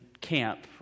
camp